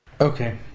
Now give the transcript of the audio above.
Okay